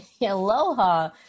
Aloha